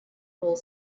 whole